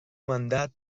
mandat